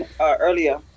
earlier